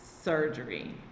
surgery